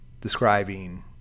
describing